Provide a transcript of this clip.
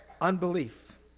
unbelief